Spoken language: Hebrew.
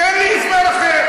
תן לי הסבר אחר.